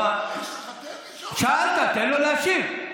שאלת, תן לו להשיב.